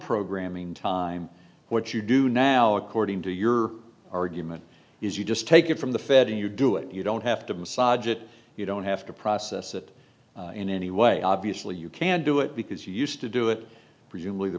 programming time what you do now according to your argument is you just take it from the fed and you do it you don't have to massage it you don't have to process it in any way obviously you can do it because you used to do it